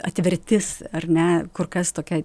atvertis ar ne kur kas tokiai